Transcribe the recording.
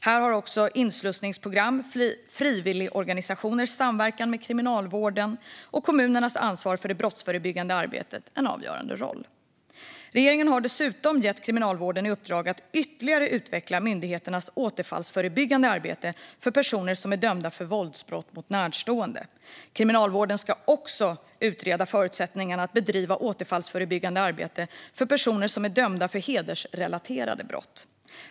Här har också inslussningsprogram, frivilligorganisationers samverkan med kriminalvården och kommunernas ansvar för det brottsförebyggande arbetet en avgörande roll. Regeringen har dessutom gett Kriminalvården i uppdrag att ytterligare utveckla myndigheternas återfallsförebyggande arbete för personer som är dömda för våldsbrott mot närstående. Kriminalvården ska också utreda förutsättningarna att bedriva återfallsförebyggande arbete för personer som är dömda för hedersrelaterade brott.